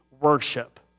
worship